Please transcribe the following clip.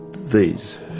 these.